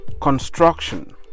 construction